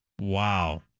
Wow